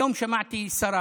היום שמעתי שרה